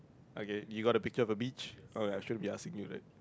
okay you got a picture of a beach oh ya I shouldn't be asking you right